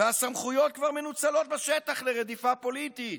והסמכויות כבר מנוצלות בשטח לרדיפה פוליטית.